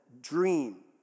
dream